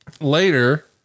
Later